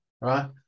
Right